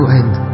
end